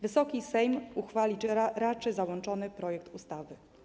Wysoki Sejm uchwalić raczy załączony projekt ustawy.